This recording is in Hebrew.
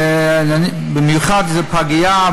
במיוחד אם זה בפגייה,